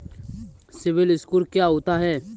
CIBIL score क्या होता है?